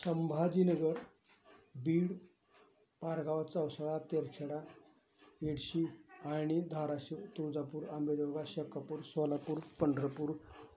Sambhajinagar Beed Pargaon Chausala Terkheda Yedshi Alani Dharashiv Tuljapur Ambejawalga Shekhpur Solapur Pandharpur